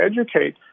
educate